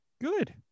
Good